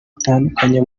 batandukanye